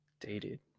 dated